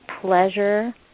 pleasure